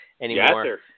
anymore